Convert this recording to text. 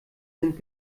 sind